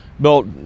built